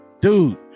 Dude